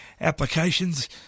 applications